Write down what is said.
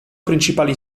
principali